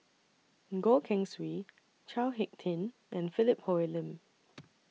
Goh Keng Swee Chao Hick Tin and Philip Hoalim